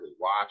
watch